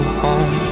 home